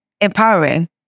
empowering